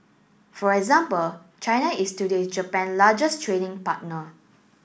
for example China is today Japan largest trading partner